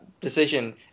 decision